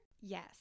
Yes